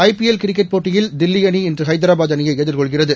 ஜ P L cricket போட்டியில் தில்லி அணி இன்று ஹைதராபாத் அணியை எதிர்கொள்கிறது